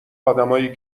آدمایی